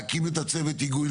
להקים את צוות ההיגוי,